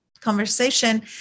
conversation